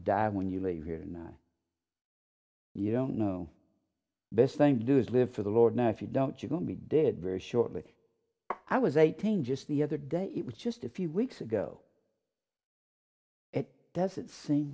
die when you leave here tonight you don't know best thing to do is live for the lord now if you don't you're going to be dead very shortly i was eighteen just the other day it was just a few weeks ago it doesn't seem